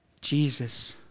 Jesus